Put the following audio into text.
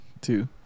two